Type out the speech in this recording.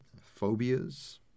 phobias